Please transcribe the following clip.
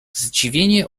zdziwienie